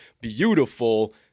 beautiful